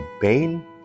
pain